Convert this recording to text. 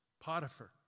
Potiphar